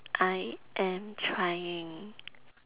I am trying